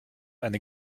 eine